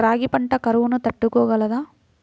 రాగి పంట కరువును తట్టుకోగలదా?